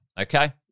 okay